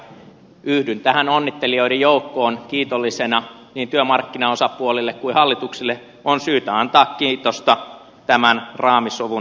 yhdyn tähän onnittelijoiden joukkoon kiitollisena niin työmarkkinaosapuolille kuin hallitukselle on syytä antaa kiitosta tämän raamisovun syntymisestä